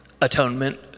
atonement